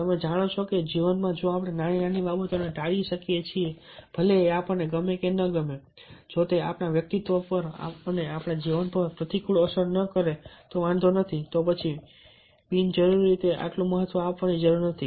તમે જાણો છો કે જીવનમાં જો આપણે નાની નાની બાબતોને ટાળી શકીએ છીએ ભલે એ આપણને ગમે કે ન ગમે જો તે આપણા વ્યક્તિત્વ પર આપણા જીવન પર પ્રતિકૂળ અસર ન કરે તો વાંધો નથી તો પછી બિનજરૂરી રીતે આટલું મહત્વ આપવાની જરૂર નથી